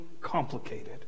complicated